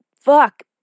Fuck